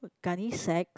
gunny sack